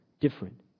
different